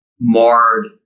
marred